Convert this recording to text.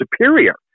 superior